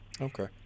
Okay